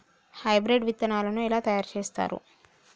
Hybrid విత్తనాలను ఎలా తయారు చేస్తారు?